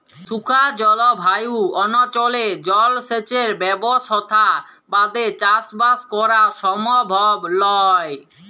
শুখা জলভায়ু অনচলে জলসেঁচের ব্যবসথা বাদে চাসবাস করা সমভব লয়